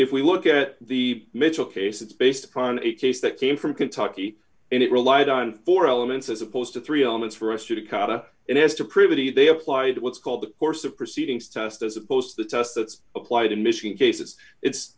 if we look at the mitchell case it's based upon a case that came from kentucky and it relied on four elements as opposed to three elements for us to be caught up in as to prove that he they applied what's called the course of proceedings test as opposed to the test that's applied in michigan cases it's